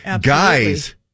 guys